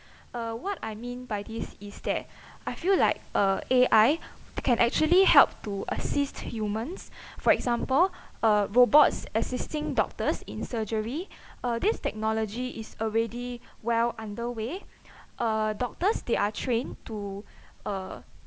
uh what I mean by this is that I feel like uh A_I can actually help to assist humans for example uh robots assisting doctors in surgery uh this technology is already well underway uh doctors they are trained to uh